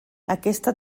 aquesta